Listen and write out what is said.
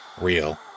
real